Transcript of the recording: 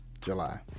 July